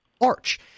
Arch